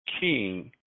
king